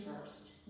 first